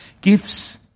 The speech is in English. gifts